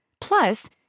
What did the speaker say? Plus